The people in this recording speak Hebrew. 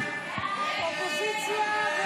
ההסתייגויות